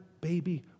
baby